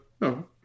no